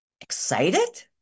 excited